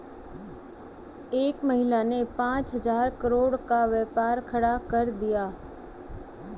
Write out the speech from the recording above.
एक महिला ने पांच हजार करोड़ का व्यापार खड़ा कर दिया